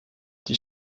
die